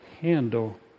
handle